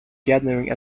gathering